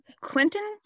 Clinton